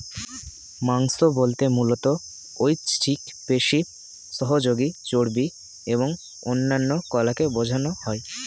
মাংস বলতে মূলত ঐচ্ছিক পেশি, সহযোগী চর্বি এবং অন্যান্য কলাকে বোঝানো হয়